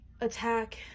attack